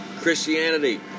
Christianity